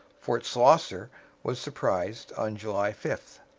fort schlosser was surprised on july five.